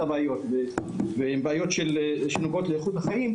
הבעיות והן בעיות שנוגעות לאיכות החיים,